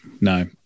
no